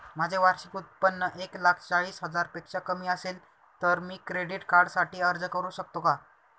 माझे वार्षिक उत्त्पन्न एक लाख चाळीस हजार पेक्षा कमी असेल तर मी क्रेडिट कार्डसाठी अर्ज करु शकतो का?